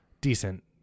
Decent